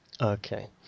okay